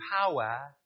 power